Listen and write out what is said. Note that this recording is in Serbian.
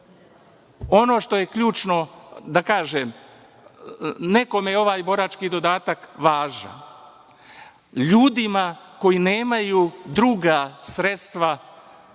ono što je ključno da kažem, nekome je ovaj borački dodatak važan. LJudima koji nemaju druga sredstva